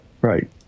Right